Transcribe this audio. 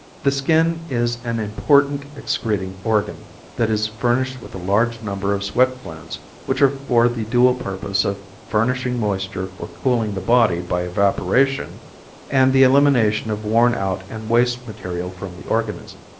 the skin is an important excreting organ that is furnished with a large number of sweat glands which are for the dual purpose of furnishing moisture for cooling the body by evaporation and the elimination of worn out and waste material from the organism.